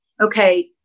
okay